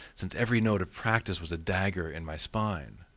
since every note of practice was a dagger in my spine.